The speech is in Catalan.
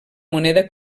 moneda